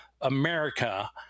America